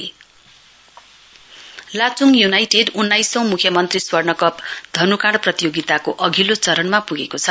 archery Lachung United उन्नाइसौं मुख्यमन्त्री स्वर्णकप धनुकाँड प्रतियोगिताको अघिल्ला चरणा पुगेको छ